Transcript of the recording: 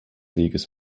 weges